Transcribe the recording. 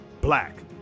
Black